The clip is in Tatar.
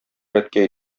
әткәй